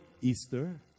Easter